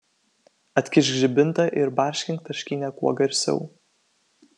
atkišk žibintą ir barškink tarškynę kuo garsiau